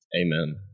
Amen